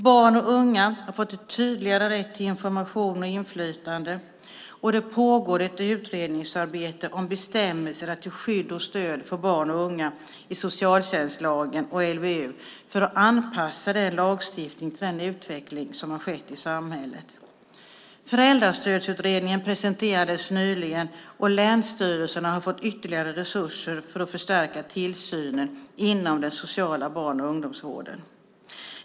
Barn och unga har fått en tydligare rätt till information och inflytande. Det pågår ett utredningsarbete om bestämmelserna till skydd och stöd för barn och unga i socialtjänstlagen och LVU för att anpassa lagstiftningen till den utveckling som har skett i samhället. Föräldrastödsutredningen presenterades nyligen, och länsstyrelserna har fått ytterligare resurser för att förstärka tillsynen inom den sociala barn och ungdomsvården.